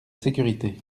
sécurité